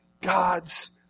God's